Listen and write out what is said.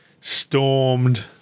stormed